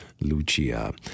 Lucia